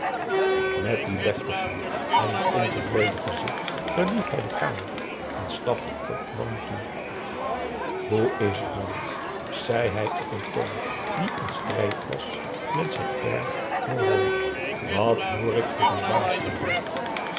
met die deftigheid en een ontevreden gezicht verliet hij de kamer en stapte op nanni toe hoe is het nant zei hij op een toon die in strijd was met zijn air morose wat hoor ik voor dwaasheden